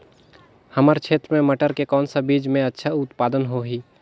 हमर क्षेत्र मे मटर के कौन सा बीजा मे अच्छा उत्पादन होही?